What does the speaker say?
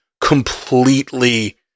completely